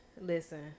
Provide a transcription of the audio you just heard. listen